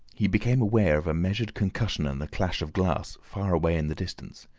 he became aware of a measured concussion and the clash of glass, far away in the distance.